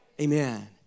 Amen